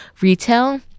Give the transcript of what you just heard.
retail